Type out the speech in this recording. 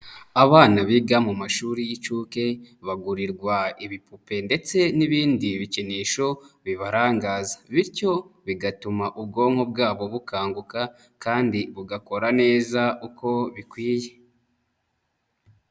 Abana biga mu mashuri y'inshuke bagurirwa ibipupe ndetse n'ibindi bikinisho bibarangaza bityo bigatuma ubwonko bwabo bukanguka kandi bugakora neza uko bikwiye.